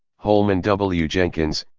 holman w. jenkins,